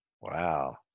Wow